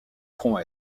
front